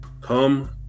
come